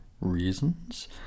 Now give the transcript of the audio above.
Reasons